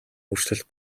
өөрчлөлт